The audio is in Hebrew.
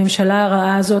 הממשלה הרעה הזאת,